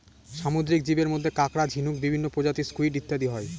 সামুদ্রিক জীবের মধ্যে কাঁকড়া, ঝিনুক, বিভিন্ন প্রজাতির স্কুইড ইত্যাদি হয়